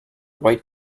white